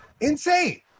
Insane